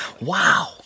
Wow